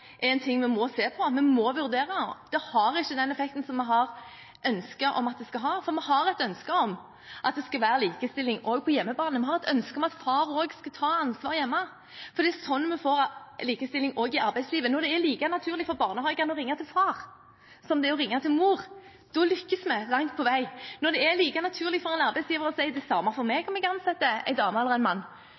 må vurdere. Den har ikke den effekten som vi ønsker at den skal ha, for vi har et ønske om at det skal være likestilling også på hjemmebane. Vi har et ønske om at far også skal ta ansvar hjemme, for det er på den måten vi får likestilling også i arbeidslivet. Når det er like naturlig for barnehagene å ringe til far som det er å ringe til mor, da har vi lyktes langt på vei – når det er like naturlig for en arbeidsgiver å si at det er det samme enten man ansetter en dame eller en mann.